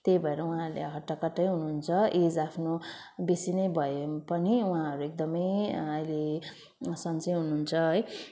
त्यही भएर उहाँले हट्टाकट्टै हुनुहुन्छ एज आफ्नो बेसी नै भए पनि उहाँहरू एकदमै अहिले सन्चै हुनुहुन्छ है